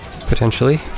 Potentially